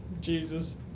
Jesus